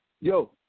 Yo